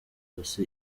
yose